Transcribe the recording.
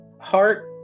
Heart